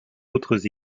autres